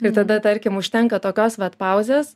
ir tada tarkim užtenka tokios vat pauzes